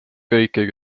kõiki